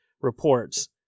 reports